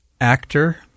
actor